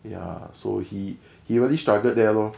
ya so he he really struggled there lor